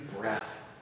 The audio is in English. breath